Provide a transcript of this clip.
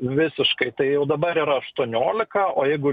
visiškai tai jau dabar yra aštuoniolika o jeigu